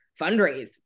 fundraise